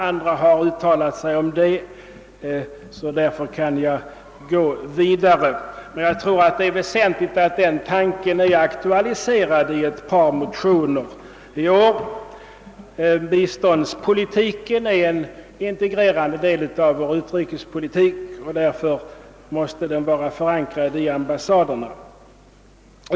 Andra talare har uttalat sig om detta, och jag kan därför gå vidare. Men jag tror att det är väsentligt att denna tanke är aktualiserad i ett par motioner i år. Biståndspolitiken är en integrerande del av vår utrikespolitik, och därför måste den vara förankrad i ambassaderna.